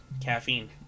caffeine